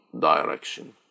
direction